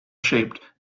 shaped